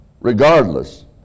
regardless